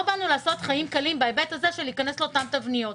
לא באנו לעשות חיים קלים בהיבט הזה של להיכנס לאותן תבניות.